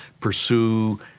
pursue